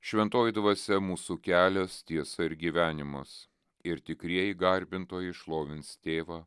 šventoji dvasia mūsų kelias tiesa ir gyvenimas ir tikrieji garbintojai šlovins tėvą